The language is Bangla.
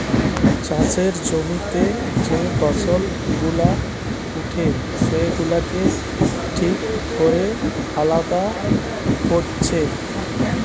চাষের জমিতে যে ফসল গুলা উঠে সেগুলাকে ঠিক কোরে আলাদা কোরছে